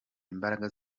imbaraga